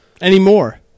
Anymore